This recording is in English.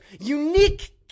unique